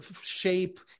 shape